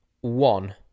one